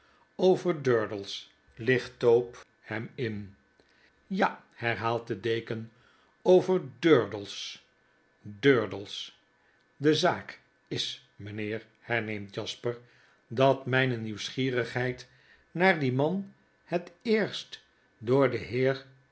over durdels ltcht tope hem in ja herhaalt de deken over durdels durdels de zaak is mynheer herneemt jasper dat mijne nieuwsgierigheid naar dien man het eerst door den heer